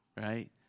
right